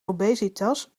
obesitas